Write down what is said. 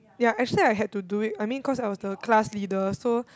ya actually I had to do it I mean cause I was the class leader so